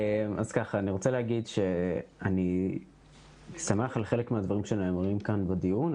אני רוצה להגיד שאני שמח על חלק מהדברים שנאמרים כאן בדיון.